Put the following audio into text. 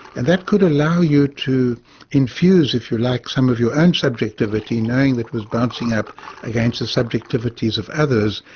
and that could allow you to infuse, if you like, some of your own subjectivity, knowing it was bouncing up against the subjectivities of others,